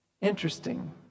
Interesting